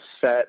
set